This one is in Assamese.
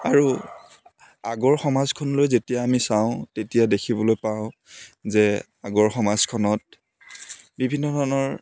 আৰু আগৰ সমাজখনলৈ যেতিয়া আমি চাওঁ তেতিয়া দেখিবলৈ পাওঁ যে আগৰ সমাজখনত বিভিন্ন ধৰণৰ